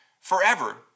forever